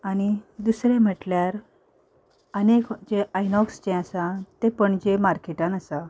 आनी दुसरें म्हटल्यार आनीक एक जें आयनॉक्स जें आसा तें पणजे मार्केटान आसा